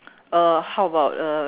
uh how about uh